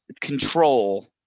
Control